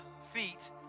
feet